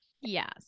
Yes